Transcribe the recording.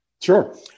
Sure